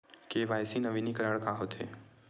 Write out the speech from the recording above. KYC नवीनीकरण का होथे?